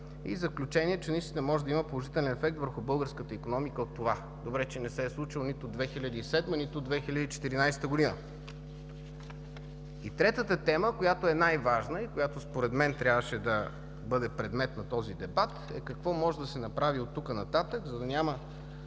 в заключение – „…че наистина може да има положителен ефект върху българската икономика от това“. Добре, че не се е случило нито в 2007 г., нито в 2014 г. Третата тема, която е най-важна и която според мен трябваше да бъде предмет на този дебат, е какво може да се направи оттук нататък, за да няма